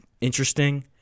interesting